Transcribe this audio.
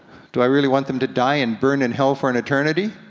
do i really want them to die and burn in hell for an eternity?